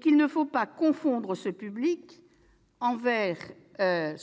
qu'il ne faut pas confondre ce public avec les